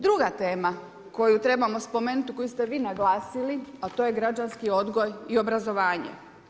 Druga tema, koju trebamo spomenuti, koju ste vi naglasili a to je građanski odgoj i obrazovanje.